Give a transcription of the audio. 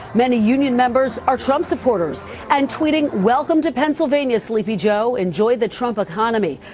many union members are trump supporters and tweeting welcome to pennsylvania, sleepy joe enjoy the trump economy.